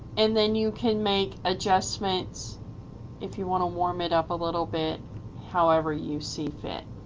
and then you can make adjustments if you wanna warm it up a little bit however you see fit.